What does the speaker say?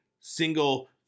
single